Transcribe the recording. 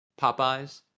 Popeye's